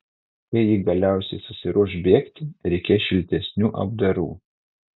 kai ji galiausiai susiruoš bėgti reikės šiltesnių apdarų